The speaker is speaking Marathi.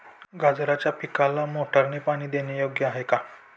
गाजराच्या पिकाला मोटारने पाणी देणे योग्य आहे का?